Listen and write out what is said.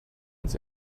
uns